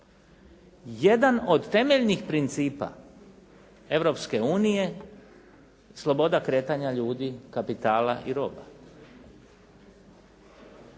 Jedan od temeljnih principa Europske unije sloboda kretanja ljudi, kapitala i roba.